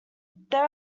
there